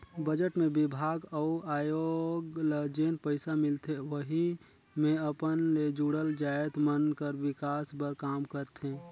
budget मे बिभाग अउ आयोग ल जेन पइसा मिलथे वहीं मे अपन ले जुड़ल जाएत मन कर बिकास बर काम करथे